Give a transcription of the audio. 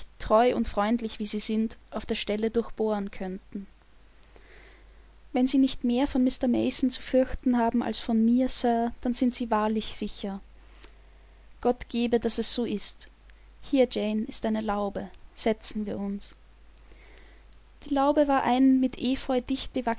treu und freundlich wie sie sind auf der stelle durchbohren könnten wenn sie nicht mehr von mr mason zu fürchten haben als von mir sir dann sind sie wahrlich sicher gott gebe daß es so ist hier jane ist eine laube setzen wir uns die laube war ein mit epheu